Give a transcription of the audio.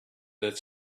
that